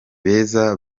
beza